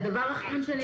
דבר אחרון,